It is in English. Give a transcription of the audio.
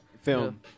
Film